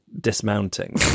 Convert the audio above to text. dismounting